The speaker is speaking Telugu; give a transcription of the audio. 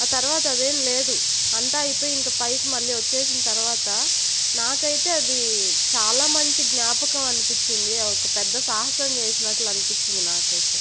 ఆ తర్వాత అదేం లేదు అంతా అయిపోయి ఇంక పైకి మళ్ళా వచ్చేసిన తర్వాత నాకైతే అది చాలా మంచి జ్ఞాపకం అనిపిచ్చింది ఒక పెద్ద సాహసం చేసినట్లు అనిపించింది నాకైతే